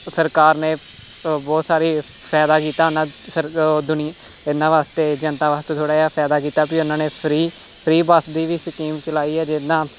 ਸਰਕਾਰ ਨੇ ਬਹੁਤ ਸਾਰਾ ਫਾਇਦਾ ਕੀਤਾ ਉਹਨਾਂ ਸਰ ਦੁਨੀ ਇਨ੍ਹਾਂ ਵਾਸਤੇ ਜਨਤਾ ਵਾਸਤੇ ਥੋੜ੍ਹਾ ਜਿਹਾ ਫਾਇਦਾ ਕੀਤਾ ਵੀ ਉਹਨਾਂ ਨੇ ਫਰੀ ਫਰੀ ਬੱਸ ਦੀ ਵੀ ਸਕੀਮ ਚਲਾਈ ਹੈ ਜਿੱਦਾਂ